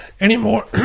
anymore